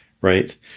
right